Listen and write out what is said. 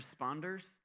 responders